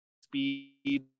speed